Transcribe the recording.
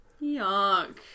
Yuck